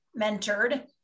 mentored